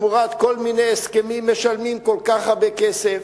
תמורת כל מיני הסכמים משלמים כל כך הרבה כסף.